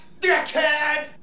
dickhead